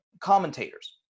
commentators